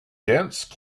dense